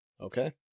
Okay